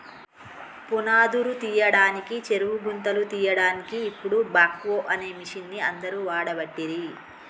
పునాదురు తీయడానికి చెరువు గుంతలు తీయడాన్కి ఇపుడు బాక్వో అనే మిషిన్ని అందరు వాడబట్టిరి